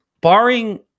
barring